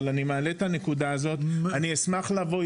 אני אשמח לבוא,